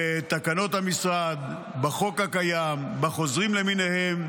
בתקנות המשרד, בחוק הקיים, בחוזרים למיניהם,